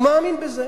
הוא מאמין בזה.